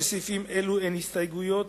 לסעיפים אלו אין הסתייגויות,